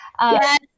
Yes